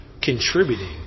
contributing